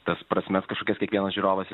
tas prasmes kažkaip kiekvienas žiūrovas